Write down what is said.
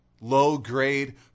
Low-grade